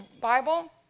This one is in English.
Bible